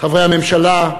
חברי הממשלה,